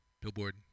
billboard